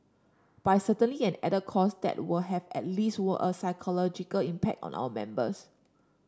but it's certainly an added cost that would have at least were a psychological impact on our members